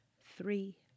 three